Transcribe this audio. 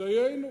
דיינו,